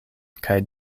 kaj